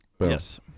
yes